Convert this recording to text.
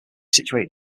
situated